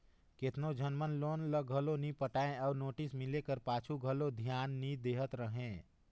केतनो झन मन लोन ल घलो नी पटाय अउ नोटिस मिले का पाछू घलो ओला धियान नी देहत रहें